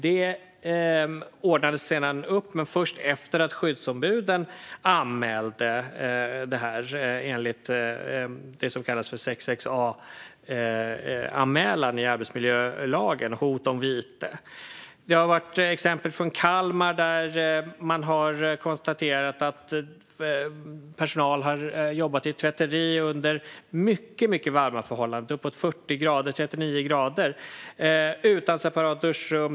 Det ordnades sedan upp, men först efter att skyddsombuden anmälde det enligt det som kallas för 6:6a-anmälan i arbetsmiljölagen med hot om vite. Det har varit exempel från Kalmar där man har konstaterat att personal har jobbat i ett tvätteri under mycket varma förhållanden. Det har varit uppåt 39-40 grader, och utan separat duschrum.